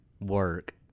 work